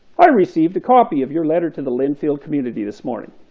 i received a copy of your letter to the linfield community this morning,